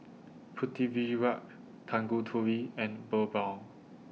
Pritiviraj Tanguturi and Birbal